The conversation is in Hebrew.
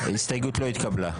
ההסתייגות לא התקבלה.